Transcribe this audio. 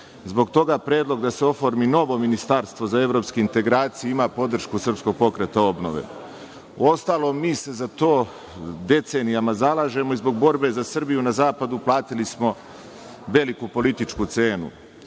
Zbog toga, predlog da se oformi novo ministarstvo za evropske integracije ima podršku SPO.Uostalom, mi se za to decenijama zalažemo i zbog borbe za Srbiju, na zapadu platili smo veliku političku cenu.